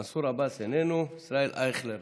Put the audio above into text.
מנסור עבאס, איננו, ישראל אייכלר,